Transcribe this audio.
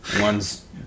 One's